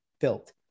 built